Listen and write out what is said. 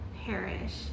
perish